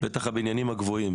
בטח הבניינים הגבוהים.